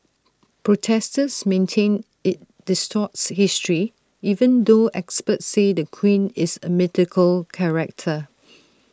protesters maintain IT distorts history even though experts say the queen is A mythical character